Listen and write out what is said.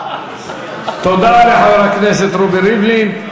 תודה לחבר הכנסת רובי ריבלין.